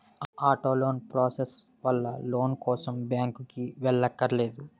auto loan process వల్ల loan కోసం బ్యాంకుకి వెళ్ళక్కర్లేదు